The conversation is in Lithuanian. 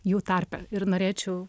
jų tarpe ir norėčiau